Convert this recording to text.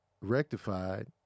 rectified